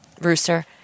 rooster